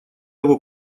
его